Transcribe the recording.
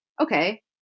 okay